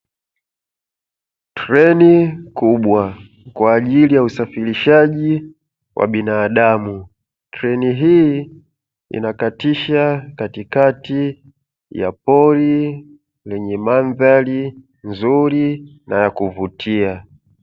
Treni kubwa kwa ajili ya usafirishaji wa binadamu, treni hii inakatisha katikati ya pori lenye mandhari nzuri na ya kuvutia.